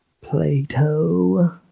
Plato